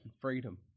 freedom